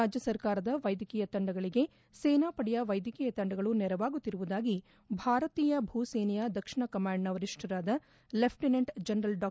ರಾಜ್ಯ ಸರ್ಕಾರದ ವೈದ್ಯಕೀಯ ತಂಡಗಳಿಗೆ ಸೇನಾಪಡೆಯ ವೈದ್ಯಕೀಯ ತಂಡಗಳು ನೆರವಾಗುತ್ತಿರುವುದಾಗಿ ಭಾರತೀಯ ಭೂಸೇನೆಯ ದಕ್ಷಿಣ ಕಮಾಂಡ್ನ ವರಿಷ್ಠರಾದ ಲೆಫ್ಟಿನೆಂಟ್ ಜನರಲ್ ಡಾ